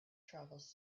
travels